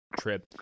trip